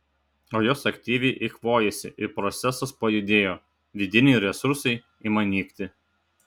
o jos aktyviai eikvojasi ir procesas pajudėjo vidiniai resursai ima nykti